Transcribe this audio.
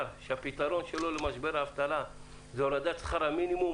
שהפתרון שלו למשבר האבטלה זה הורדת שכר המינימום,